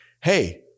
hey